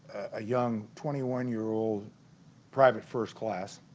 a young twenty one year old private first class